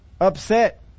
upset